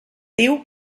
diu